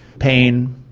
pain,